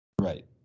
Right